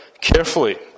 carefully